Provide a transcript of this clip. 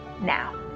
now